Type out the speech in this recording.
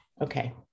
Okay